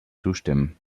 zustimmen